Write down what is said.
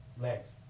legs